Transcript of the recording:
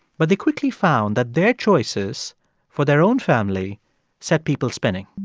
but they quickly found that their choices for their own family sent people spinning